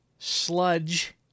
sludge